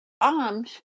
arms